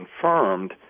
confirmed